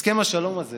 הסכם השלום הזה